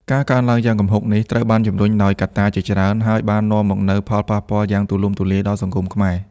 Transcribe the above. ការកើនឡើងយ៉ាងគំហុកនេះ ត្រូវបានជំរុញដោយកត្តាជាច្រើន ហើយបាននាំមកនូវផលប៉ះពាល់យ៉ាងទូលំទូលាយដល់សង្គមខ្មែរ។